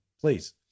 please